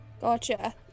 gotcha